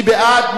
מי בעד?